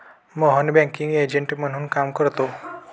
Mohan banking agent म्हणून काम करतो